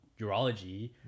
urology